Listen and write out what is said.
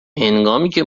هنگامیکه